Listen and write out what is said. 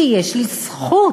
שיש לי זכות,